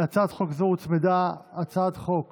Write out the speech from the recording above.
להצעת חוק זו הוצמדה הצעת חוק